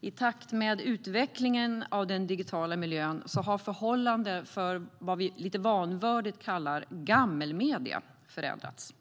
I takt med utvecklingen av den digitala miljön har förhållandena för vad vi lite vanvördigt kallar gammelmedier förändrats.